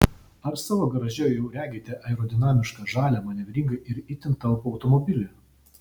ar savo garaže jau regite aerodinamišką žalią manevringą ir itin talpų automobilį